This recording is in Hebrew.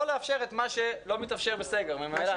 לא לאפשר את מה שלא מתאפשר בסגר ממילא,